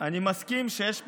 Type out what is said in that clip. אני מסכים שיש בעיה.